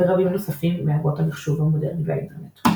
ורבים נוספים מאבות המחשוב המודרני והאינטרנט.